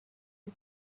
the